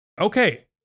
okay